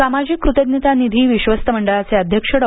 सामाजिक कृतज्ञता निधी विश्वस्त मंडळाचे अध्यक्ष डॉ